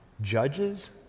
judges